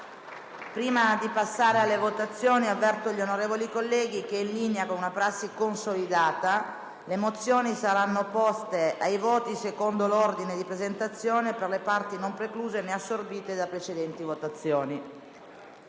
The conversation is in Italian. Prima di passare alle votazioni, avverto gli onorevoli colleghi che, in linea con una prassi consolidata, le mozioni saranno poste ai voti secondo l'ordine di presentazione e per le parti non precluse né assorbite da precedenti votazioni.